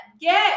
Get